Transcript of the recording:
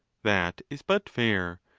that is but fair,